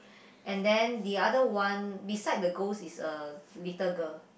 and then the other one beside the ghost is a little girl